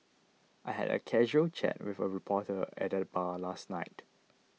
I had a casual chat with a reporter at the bar last night